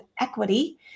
equity